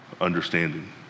understanding